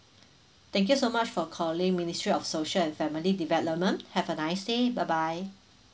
thank you so much for calling ministry of social and family development have a nice day bye bye